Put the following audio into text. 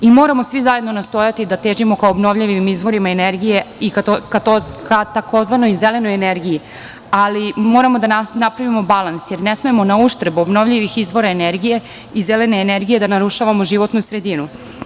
I moramo svi zajedno nastojati da težimo ka obnovljivim izvorima energije i ka tzv. zelenoj energiji, ali moramo da napravimo balans, jer ne smemo nauštrb obnovljivih izvora energije i zelene energije da narušavamo životnu sredinu.